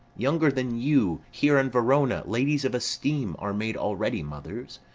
younger than you, here in verona, ladies of esteem, are made already mothers.